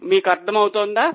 మీకు అర్థమవుతుందా